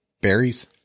berries